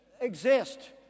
exist